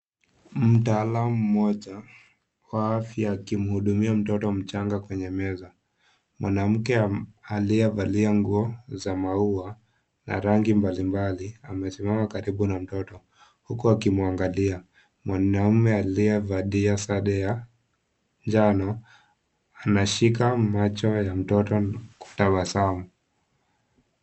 Mtaalam mmoja wa afya akimhudumia mtoto mchanga kwenye meza. Mwanamke aliyevalia nguo za maua na rangi mbalimbali, amesimama karibu na mtoto, huku akimwangalia. Mwanamume aliyevalia sare ya njano, anashika macho ya mtoto na kutabasamu.